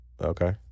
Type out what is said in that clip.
Okay